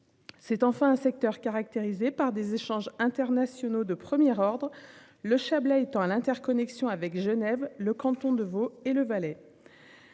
C'est enfin un secteur, caractérisé par des échanges internationaux de premier ordre le Chablais étant à l'interconnexion avec Genève, le canton de Vaud et le Valais.